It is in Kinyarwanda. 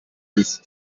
bisa